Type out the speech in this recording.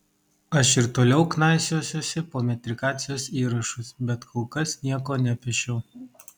aš ir toliau knaisiosiuosi po metrikacijos įrašus bet kol kas nieko nepešiau